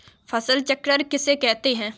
फसल चक्र किसे कहते हैं?